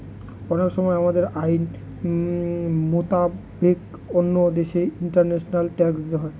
অনেক সময় আমাদের আইন মোতাবেক অন্য দেশে ইন্টারন্যাশনাল ট্যাক্স দিতে হয়